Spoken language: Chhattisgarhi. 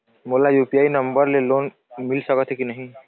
मोला यू.पी.आई नंबर ले लोन मिल सकथे कि नहीं?